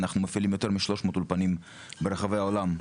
אנחנו מפעילים יותר מ-300 אולפנים ברחבי העולם,